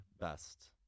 best